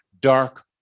dark